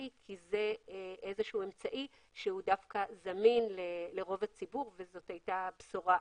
כי זה איזשהו אמצעי שהוא דווקא זמין לרוב הציבור ובזמנו זו הייתה בשורה.